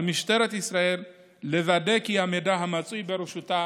על משטרת ישראל לוודא כי המידע המצוי ברשותה